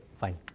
fine